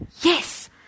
Yes